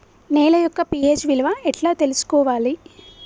నేల యొక్క పి.హెచ్ విలువ ఎట్లా తెలుసుకోవాలి?